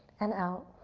and out.